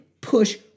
push